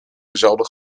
dezelfde